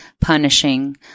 punishing